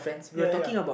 ya ya